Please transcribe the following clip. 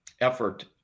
effort